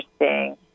interesting